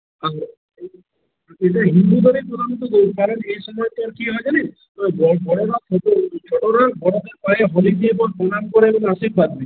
আর এইটা হিন্দু ধর্মের প্রধানত তৈরি কারণ এই সময় তোর কি হয় জানিস বড়রা ছোটদের ছোটরা বড়দের পায়ে হলি দিয়ে প্রণাম করে আশীর্বাদ নেয়